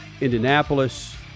Indianapolis